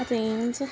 range